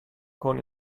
con